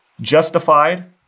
justified